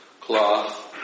cloth